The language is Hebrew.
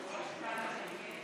נתקבלה.